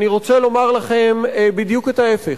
אני רוצה לומר לכם בדיוק את ההיפך.